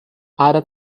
other